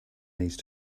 these